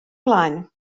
blaen